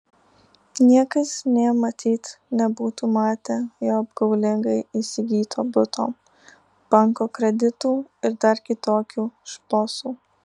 niekas nė matyt nebūtų matę jo apgaulingai įsigyto buto banko kreditų ir dar kitokių šposų